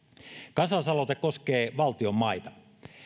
kansalaisaloite koskee valtion maita